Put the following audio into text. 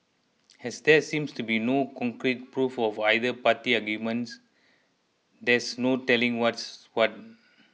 as there seems to be no concrete proof of either party's arguments there's no telling what's what